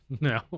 no